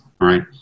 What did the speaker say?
right